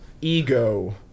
ego